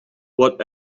what